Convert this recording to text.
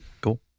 Cool